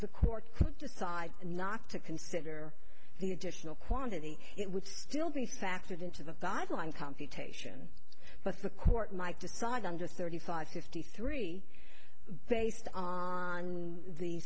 the court decides not to consider the additional quantity it would still be factored into the guideline computation but the court might decide on just thirty five fifty three based on the